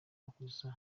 makosa